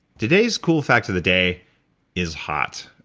today's cool fact of the day is hot.